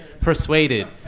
persuaded